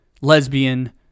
lesbian